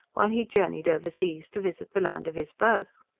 while he journeyed overseas to visit the land of his birth.